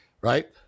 Right